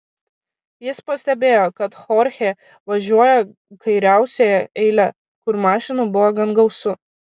jis pastebėjo kad chorchė važiuoja kairiausiąja eile kur mašinų buvo gan gausu